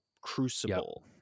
crucible